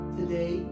today